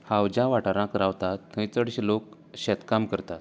हांव ज्या वाठारांत रावता थंय चडशें लोक शेतकाम करतात